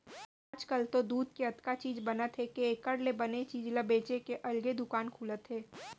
आजकाल तो दूद के अतका चीज बनत हे के एकर ले बने चीज ल बेचे के अलगे दुकान खुलत हे